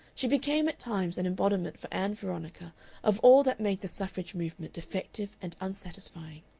she became at times an embodiment for ann veronica of all that made the suffrage movement defective and unsatisfying.